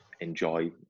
enjoy